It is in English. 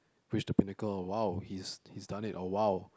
reached the Pinnacle !wow! he's he's done it oh !wow!